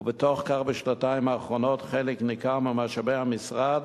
ובתוך כך בשנתיים האחרונות חלק ניכר ממשאבי המשרד